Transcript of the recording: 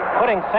putting